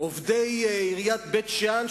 עובדי עיריית בית-שאן,